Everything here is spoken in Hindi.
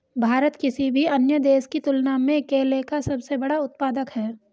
भारत किसी भी अन्य देश की तुलना में केले का सबसे बड़ा उत्पादक है